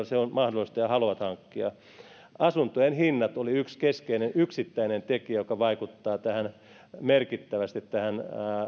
se on mahdollista ja jotka haluavat hankkia asuntojen hinnat oli yksi keskeinen yksittäinen tekijä joka vaikuttaa merkittävästi tähän